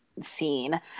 scene